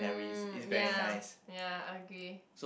mm ya ya agree